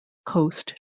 coast